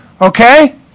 Okay